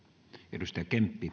arvoisa